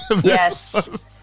Yes